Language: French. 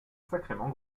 sacrément